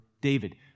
David